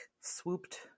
swooped